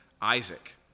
Isaac